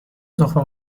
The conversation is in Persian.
تخم